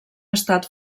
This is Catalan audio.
estat